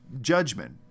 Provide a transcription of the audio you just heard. judgment